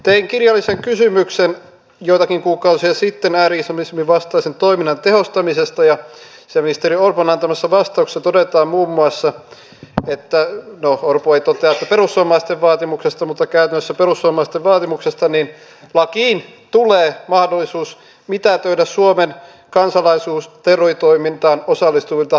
tein kirjallisen kysymyksen joitakin kuukausia sitten ääri islamismin vastaisen toiminnan tehostamisesta ja sisäministeri orpon antamassa vastauksessa todetaan muun muassa että no orpo ei totea että perussuomalaisten vaatimuksesta mutta käytännössä perussuomalaisten vaatimuksesta lakiin tulee mahdollisuus mitätöidä suomen kansalaisuus terroritoimintaan osallistuvilta kaksoiskansalaisilta